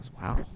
wow